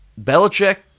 Belichick